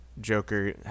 Joker